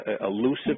elusive